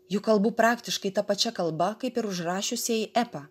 juk kalbų praktiškai ta pačia kalba kaip ir užrašiusieji epą